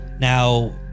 now